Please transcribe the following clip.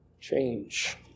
change